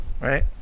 right